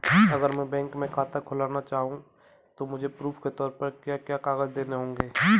अगर मैं बैंक में खाता खुलाना चाहूं तो मुझे प्रूफ़ के तौर पर क्या क्या कागज़ देने होंगे?